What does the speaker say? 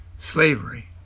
slavery